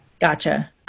Gotcha